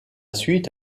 suite